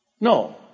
No